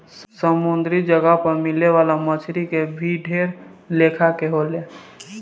समुंद्री जगह पर मिले वाला मछली के भी ढेर लेखा के होले